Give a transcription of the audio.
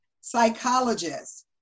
psychologist